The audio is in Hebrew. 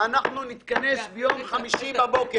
אנחנו נתכנס ביום חמישי בבוקר.